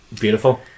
beautiful